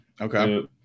Okay